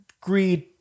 greed